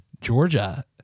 Georgia